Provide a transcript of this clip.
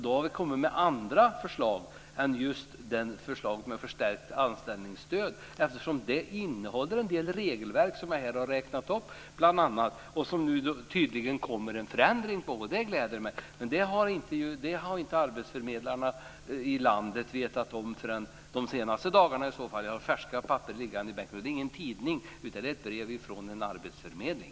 Då har vi lagt fram andra förslag än just detta med förstärkt anställningsstöd. Det kommer tydligen en förändring nu av de regler som jag räknade upp, och det gläder mig. Men det har arbetsförmedlarna i landet i så fall inte vetat om förrän de senaste dagarna. Jag har färska papper liggande i bänken, och det är ingen tidning utan det är ett brev från en arbetsförmedling.